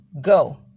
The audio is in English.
go